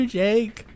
jake